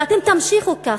ואתם תמשיכו ככה,